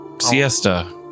siesta